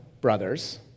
brothers